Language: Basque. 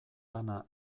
lana